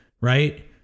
right